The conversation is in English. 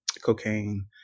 cocaine